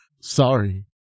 sorry